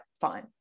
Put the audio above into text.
fine